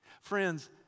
Friends